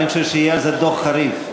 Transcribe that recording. ואני חושב שיהיה על זה דוח חריף.